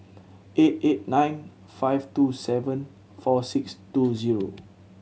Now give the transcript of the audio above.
eight eight nine five two seven four six two zero